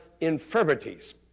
infirmities